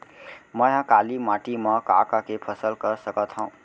मै ह काली माटी मा का का के फसल कर सकत हव?